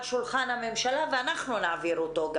שולחן הממשלה ואנחנו גם נעביר אותם.